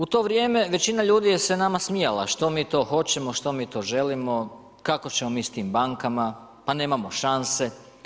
U to vrijeme većina ljudi je se nama smijala, što mi to hoćemo, što mi to želimo, kako ćemo mi s tim bankama, pa nemamo šanse.